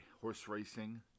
Horseracing